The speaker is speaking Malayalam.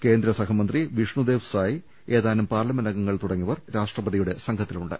കേന്ദ്ര സഹ മന്ത്രി വിഷ്ണുദേവ് സായ് ഏതാനും പാർലിമെന്റ് അംഗ ങ്ങൾ തുടങ്ങിയവർ രാഷ്ട്രപതിയുടെ സംഘത്തിലുണ്ട്